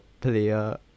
player